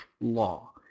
law